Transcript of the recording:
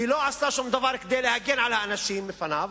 היא לא עשתה שום דבר כדי להגן על האנשים מפניו,